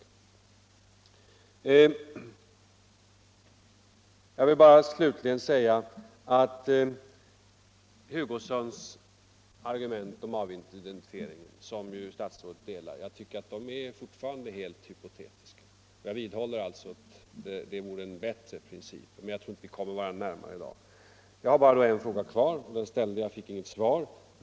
Sedan vill jag bara säga att herr Hugossons argument rörande avidentifieringen, som statsrådet delar, tycker jag fortfarande är helt hypotetiska. Men jag tror som sagt inte att vi där kommer varandra närmare i dag. Slutligen är det en fråga kvar som jag inte har fått något svar på.